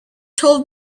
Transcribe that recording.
told